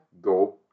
Go